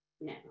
no